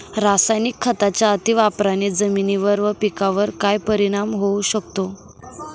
रासायनिक खतांच्या अतिवापराने जमिनीवर व पिकावर काय परिणाम होऊ शकतो?